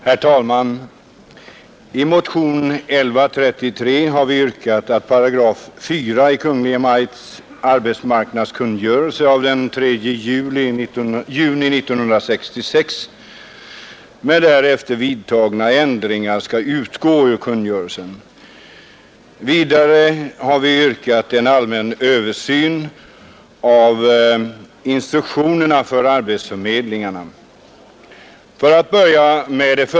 Herr talman! I motionen 1133 har vi hemställt att riksdagen beslutar att paragraf 4 i Kungl. Maj:ts arbetsmarknadskungörelse av den 3 juni 1966 med därefter vidtagna ändringar skall utgå ur kungörelsen samt att en allmän översyn företas av instruktionerna för arbetsförmedlingarna.